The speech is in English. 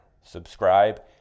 Subscribe